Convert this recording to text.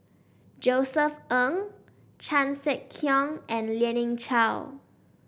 Josef Ng Chan Sek Keong and Lien Ying Chow